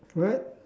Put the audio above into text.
right